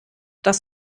das